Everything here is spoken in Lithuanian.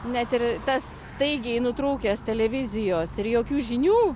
net ir tas staigiai nutrūkęs televizijos ir jokių žinių